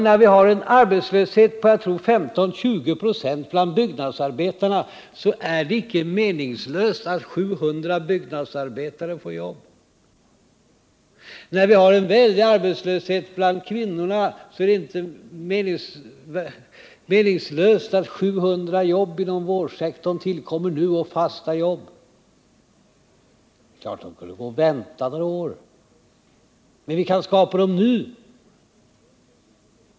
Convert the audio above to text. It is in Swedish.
När vi har en arbetslöshet på, tror jag, 15-20 926 bland byggnadsarbetarna är det inte meningslöst ati 700 byggnadsarbetare får jobb. Och när vi har en väldig arbetslöshet bland kvinnorna är det inte meningslöst att 700 fasta jobb inom vårdsektorn tillkommer nu. Det är klart att det skulle gå att vänta några år. Men vi kan skapa dem nu!